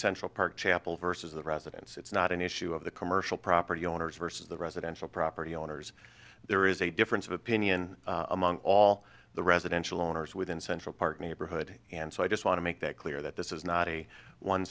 central park chapel versus the residence it's not an issue of the commercial property owners versus the residential property owners there is a difference of opinion among all the residential owners within central park neighborhood and so i just want to make that clear that this is not a one